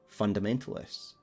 Fundamentalists